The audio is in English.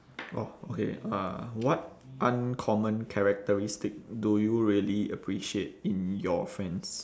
orh okay uh what uncommon characteristic do you really appreciate in your friends